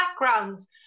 backgrounds